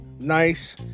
Nice